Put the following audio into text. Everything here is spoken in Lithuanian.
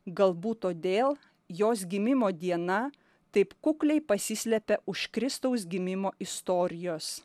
galbūt todėl jos gimimo diena taip kukliai pasislepia už kristaus gimimo istorijos